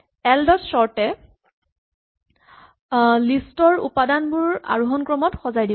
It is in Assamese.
এল ডট চৰ্ট এ লিষ্ট ৰ উপাদানবোৰ আৰোহন ক্ৰমত সজাই দিব